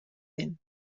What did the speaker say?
vent